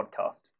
podcast